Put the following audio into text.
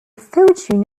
fortune